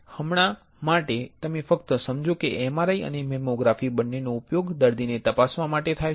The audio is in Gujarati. હમણાં માટે તમે ફક્ત સમજો કે MRI અને મેમોગ્રાફી બંનેનો ઉપયોગ દર્દીને તપાસવા માટે થાય છે